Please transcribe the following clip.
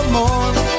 more